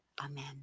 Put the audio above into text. Amen